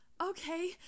okay